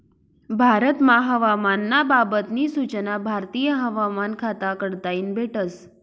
भारतमा हवामान ना बाबत नी सूचना भारतीय हवामान खाता कडताईन भेटस